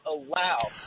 allow